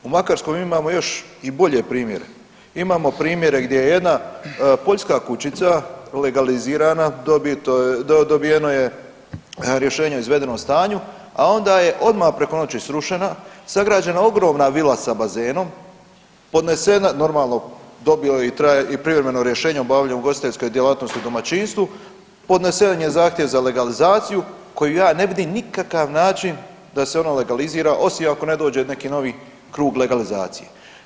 U Makarskoj imamo još i bolje primjere, imamo primjere gdje jedna poljska kućica legalizirana dobijeno je rješenje izvedenom stanju, a onda je odmah preko noći srušena, sagrađena ogromna vila sa bazenom, podnesena, normalno dobio je i privremeno rješenje o obavljanju ugostiteljske djelatnosti u domaćinstvu, podnesen je zahtjev za legalizaciju koju ja ne vidim nikakav način da se ono legalizira, osim ako ne dođe neki novi krug legalizacije.